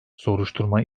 soruşturma